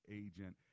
agent